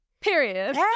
Period